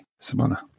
Simona